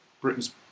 Britain's